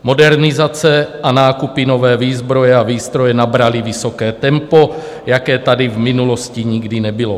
Modernizace a nákupy nové výzbroje a výstroje nabraly vysoké tempo, jaké tady v minulosti nikdy nebylo.